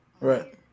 Right